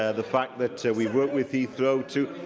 ah the fact that we worked with heathrow too